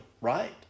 right